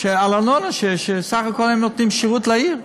על הארנונה, כשסך הכול הם נותנים שירות לעיר?